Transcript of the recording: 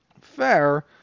Fair